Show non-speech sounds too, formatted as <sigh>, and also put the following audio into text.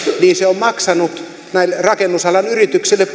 niin se on maksanut näille rakennusalan yrityksille <unintelligible>